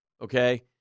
Okay